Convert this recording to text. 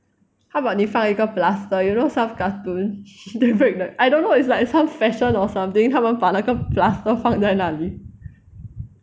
how about 你放一个 plaster you know some cartoon they break the I don't know it's like some fashion or something 他们把那个 plaster 放在那里